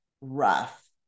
rough